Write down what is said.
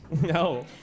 No